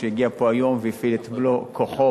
שהגיע לפה היום והפעיל את מלוא כוחו